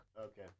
Okay